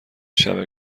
شبه